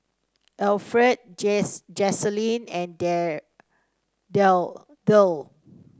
Alferd Jacalyn and Derl